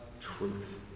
truth